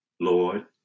Lord